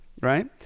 Right